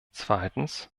zweitens